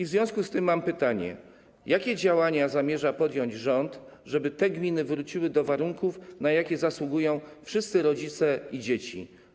W związku z tym mam pytanie: Jakie działania zamierza podjąć rząd, żeby te gminy wróciły do warunków, na jakie zasługują wszyscy rodzice i dzieci?